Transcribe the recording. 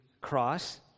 cross